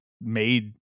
made